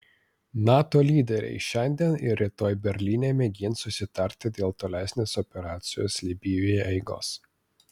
nato lyderiai šiandien ir rytoj berlyne mėgins susitarti dėl tolesnės operacijos libijoje eigos